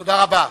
תודה רבה.